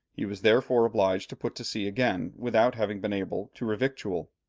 he was therefore obliged to put to sea again without having been able to revictual.